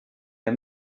der